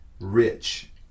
rich